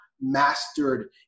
mastered